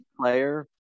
player